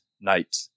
night